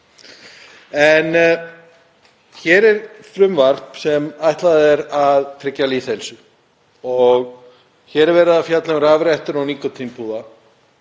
Hér er frumvarp sem ætlað er að tryggja lýðheilsu. Hér er verið að fjalla um rafrettur og nikótínpúða.